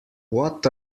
what